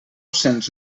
cents